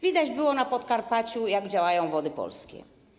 Widać było na Podkarpaciu, jak działają Wody Polskie.